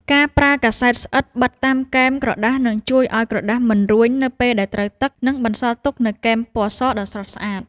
ការប្រើកាសែតស្អិតបិទតាមគែមក្រដាសនឹងជួយឱ្យក្រដាសមិនរួញនៅពេលត្រូវទឹក និង បន្សល់ទុកនូវគែមពណ៌សដ៏ស្រស់ស្អាត។